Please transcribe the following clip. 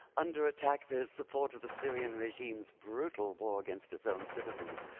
under attack for his support of the syrian regime's brutal war against his own citizens,